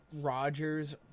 Rodgers